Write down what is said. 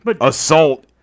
assault